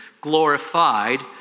glorified